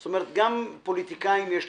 זאת אומרת, גם לפוליטיקאים יש צרכים,